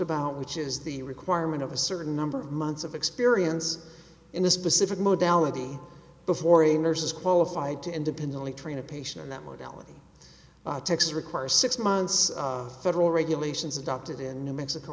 about which is the requirement of a certain number of months of experience in a specific modality before a nurse is qualified to independently train a patient in that modality takes require six months federal regulations adopted in new mexico